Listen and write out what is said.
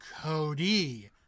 Cody